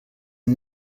are